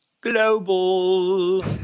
global